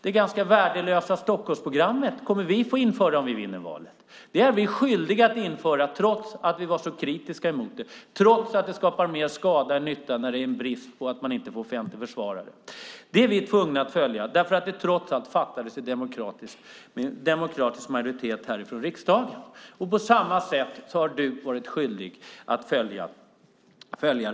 Det ganska värdelösa Stockholmsprogrammet kommer vi att få införa om vi vinner valet. Det är vi skyldiga att införa trots att vi var kritiska mot det och trots att det skapar mer skada än nytta när det är en brist att man inte får offentlig försvarare. Vi är dock tvungna att följa det eftersom det fattades med demokratisk majoritet i riksdagen. På samma sätt har du, Beatrice Ask, varit skyldig att följa detta.